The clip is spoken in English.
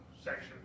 section